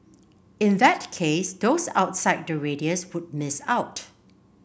in that case those outside the radius would miss out